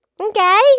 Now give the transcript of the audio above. Okay